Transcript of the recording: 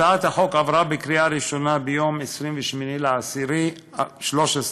הצעת החוק עברה בקריאה ראשונה ביום 28 באוקטובר 2013,